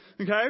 Okay